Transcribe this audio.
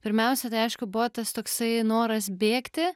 pirmiausia tai aišku buvo tas toksai noras bėgti